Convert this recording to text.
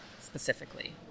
specifically